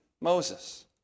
Moses